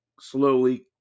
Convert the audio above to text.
slowly